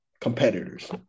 competitors